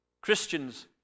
Christians